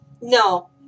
no